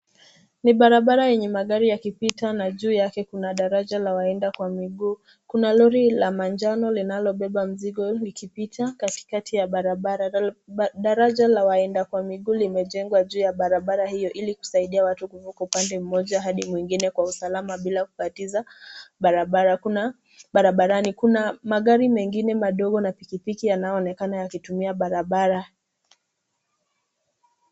Ni barabara yenye magari yakipita na juu yake kuna daraja la waenda kwa miguu. Kuna lori la manjano linalobeba mzigo likipita katikati ya barabara. Daraja la waenda kwa miguu limejengwa juu ya barabara hio ili kusaidia watu kuvuka upande mmoja hadi mwingine kwa usalama bila kutatiza barabarani. Kuna magari mengine madogo na pikipiki yanayoonekana yakitumia barabara.